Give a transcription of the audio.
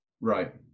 Right